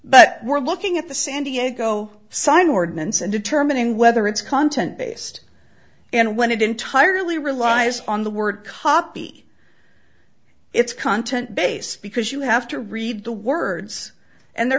but we're looking at the san diego sign ordinance and determining whether it's content based and when it entirely relies on the word copy its content base because you have to read the words and there